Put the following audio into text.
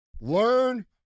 Learn